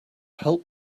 help